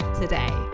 today